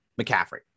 McCaffrey